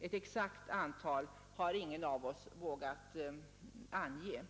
ett exakt antal har ingen av oss vågat ange.